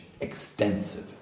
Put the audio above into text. extensive